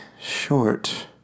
short